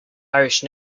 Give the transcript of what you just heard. irish